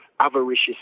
Avaricious